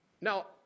Now